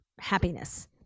happiness